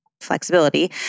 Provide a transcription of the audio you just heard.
flexibility